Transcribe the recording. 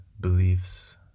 beliefs